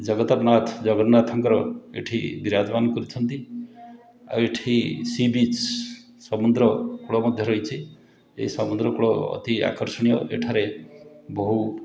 ଜଗତରନାଥ ଜଗନ୍ନାଥଙ୍କର ଏଠି ବିରାଜମାନ କରିଛନ୍ତି ଆଉ ଏଠି ସି ବିଚ୍ ସମୁଦ୍ରକୂଳ ମଧ୍ୟ ରହିଛି ଏ ସମୁଦ୍ରକୂଳ ବହୁତ ଆକର୍ଷଣୀୟ ଏଠାରେ ବହୁ